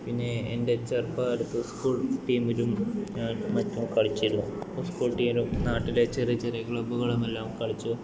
പിന്നെ എൻ്റെ ചെറുപ്പ കാലത്ത് സ്കൂൾ ടീമിലും ഞാൻ മറ്റും കളിച്ചിരുന്നു സ്കൂൾ ടീമിലും നാട്ടിലെ ചെറിയ ചെറിയ ക്ലബുകളുമെല്ലാം കളിച്ച്